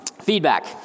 Feedback